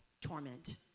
torment